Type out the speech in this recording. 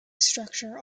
structure